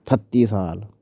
ठत्ती साल